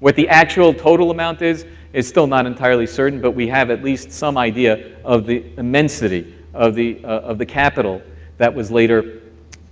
what the actual total amount is is still not entirely certain, but we have at least some idea of the immensity of the of the capital that was later